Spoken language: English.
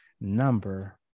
number